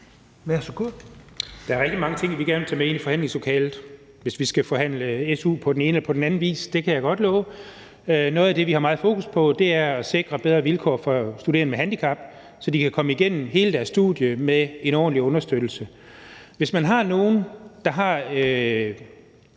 Dahl (DF): Der er rigtig mange ting, vi gerne vil tage med ind i forhandlingslokalet, hvis vi skal forhandle su på den ene eller på den anden vis. Det kan jeg godt love. Noget af det, vi har meget fokus på, er at sikre bedre vilkår for studerende med handicap, så de kan komme igennem hele deres studie med en ordentlig understøttelse. Hvis der er nogle, der har